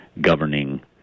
governing